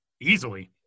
Easily